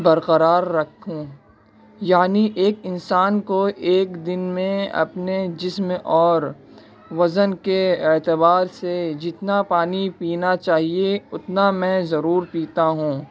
برقرار رکھوں یعنی ایک انسان کو ایک دن میں اپنے جسم اور وزن کے اعتبار سے جتنا پانی پینا چاہیے اتنا میں ضرور پیتا ہوں